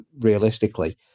realistically